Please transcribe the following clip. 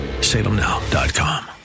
salemnow.com